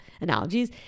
analogies